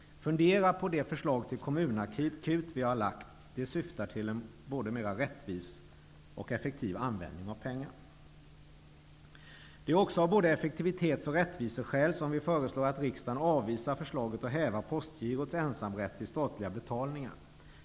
Fundera på det förslag till kommunakut som vi har lagt fram! Det syftar till en både mer effektiv och mer rättvis användning av pengar. Det är också av både effektivitets och rättviseskäl som vi föreslår att riksdagen avvisar förslaget att häva Postgirots ensamrätt till statliga betalningar.